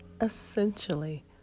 essentially